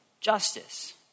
justice